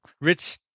rich